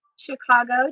Chicago